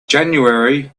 january